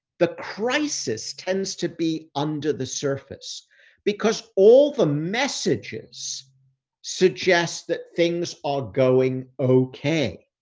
the crisis tends to be under the surface because all the messages suggest that things are going okay.